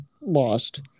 Lost